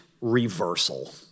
reversal